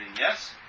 yes